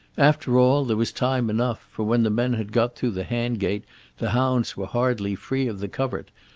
after all there was time enough, for when the men had got through the hand-gate the hounds were hardly free of the covert,